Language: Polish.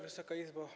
Wysoka Izbo!